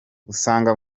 usanga